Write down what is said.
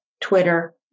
Twitter